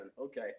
okay